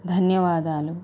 ధన్యవాదాలు